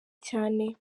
cyane